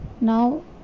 Now